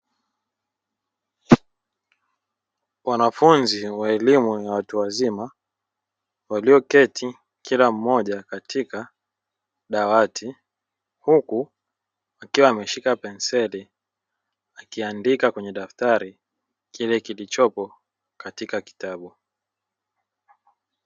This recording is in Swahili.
Wanafunzi wa elimu ya watu wazima walioketi kila mmoja katika dawati, huku akiwa ameshika penseli huku akiandika kwenye daftari kile kilichopo katika kitabu.